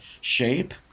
shape